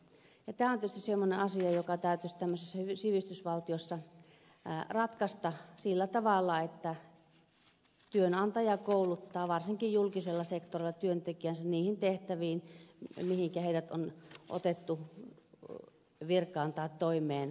tämä on tietysti semmoinen asia joka täytyisi tämmöisessä sivistysvaltiossa ratkaista sillä tavalla että työnantaja kouluttaa varsinkin julkisella sektorilla työntekijänsä niihin tehtäviin joihin hänet on otettu virkaan tai toimeen valittaessa